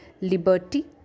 Liberty